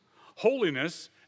Holiness